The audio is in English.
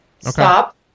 Stop